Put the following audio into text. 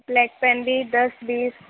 black pen بھی دس بیس